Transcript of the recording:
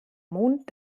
mond